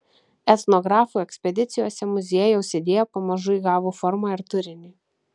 etnografų ekspedicijose muziejaus idėja pamažu įgavo formą ir turinį